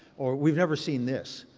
or we've never seen this.